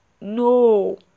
No